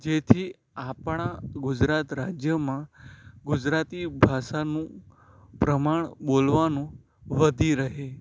જેથી આપણાં ગુજરાત રાજ્યમાં ગુજરાતી ભાષાનું પ્રમાણ બોલવાનું વધી રહે